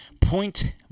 Point